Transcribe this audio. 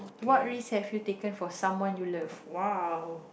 what risk have you taken for someone you love !wow!